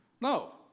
No